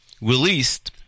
released